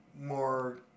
more